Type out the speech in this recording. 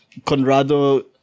Conrado